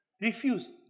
Refuse